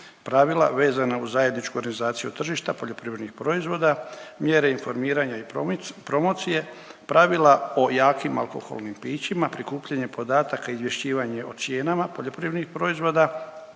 pravila vezana uz organizaciju tržišta poljoprivrednih proizvoda, mjere informiranja i promocije, pravila o jakim alkoholnim pićima, prikupljanje podataka, izvješćivanje o cijenama poljoprivrednih proizvoda,